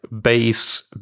base